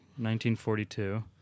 1942